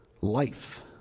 life